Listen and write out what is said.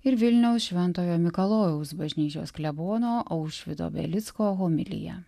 ir vilniaus šventojo mikalojaus bažnyčios klebono aušvydo belicko homilija